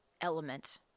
element